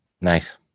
Nice